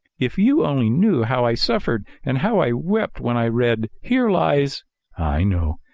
if you only knew how i suffered and how i wept when i read here lies i know